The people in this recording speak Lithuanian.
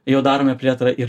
jau darome plėtrą ir